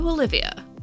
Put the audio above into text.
Olivia